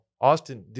Austin